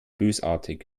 bösartig